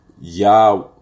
Yah